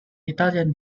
italian